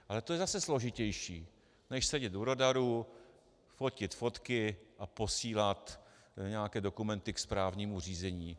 Ale to je zase složitější než sedět u radaru, fotit fotky a posílat nějaké dokumenty ke správnímu řízení.